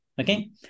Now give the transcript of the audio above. Okay